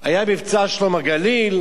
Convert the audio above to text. היה מבצע "שלום הגליל",